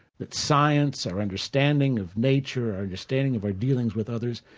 that science, or understanding of nature, or understanding of our dealings with others,